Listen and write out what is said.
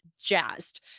jazzed